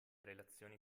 relazioni